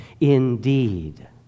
indeed